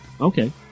Okay